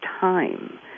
time